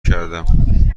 کردم